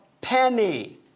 penny